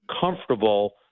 comfortable